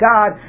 God